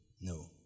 no